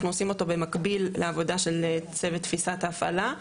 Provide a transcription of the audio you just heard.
עושים אותו במקביל לעבודה של צוות תפיסת ההפעלה,